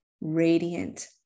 radiant